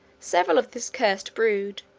several of this cursed brood,